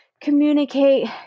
communicate